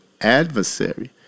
adversary